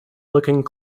looking